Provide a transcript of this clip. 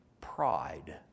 pride